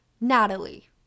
Natalie